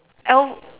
Elle